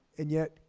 and yet,